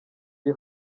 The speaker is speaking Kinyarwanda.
iri